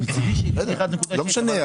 מצדי שזה יהיה 1.6 --- לא משנה,